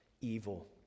evil